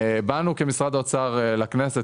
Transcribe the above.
באנו כמשרד האוצר לכנסת,